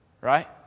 Right